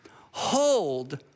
hold